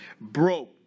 Broke